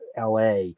LA